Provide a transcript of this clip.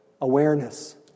awareness